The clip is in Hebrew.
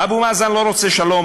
אבו מאזן לא רוצה שלום,